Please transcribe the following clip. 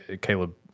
caleb